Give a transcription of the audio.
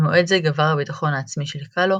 ממועד זה גבר הביטחון העצמי של קאלו